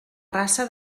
raça